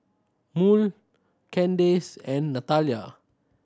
Murl Candace and Natalya